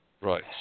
Right